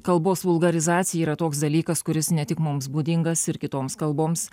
kalbos vulgarizacija yra toks dalykas kuris ne tik mums būdingas ir kitoms kalboms